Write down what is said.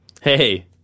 Hey